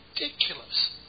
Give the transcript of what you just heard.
ridiculous